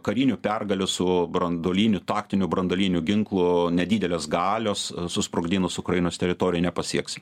karinių pergalių su branduoliniu taktiniu branduoliniu ginklu nedidelės galios susprogdinus ukrainos teritoriją nepasieks